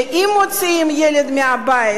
ואם מוציאים ילד מהבית,